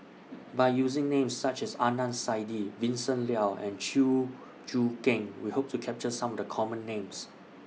By using Names such as Adnan Saidi Vincent Leow and Chew Choo Keng We Hope to capture Some of The Common Names